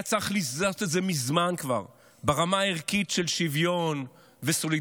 היה צריך לזהות את זה מזמן כבר ברמה הערכית של שוויון וסולידריות,